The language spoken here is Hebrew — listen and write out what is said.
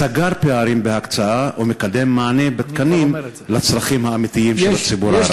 סגר פערים בהקצאה או מקדם מענה בתקנים לצרכים האמיתיים של הציבור הערבי?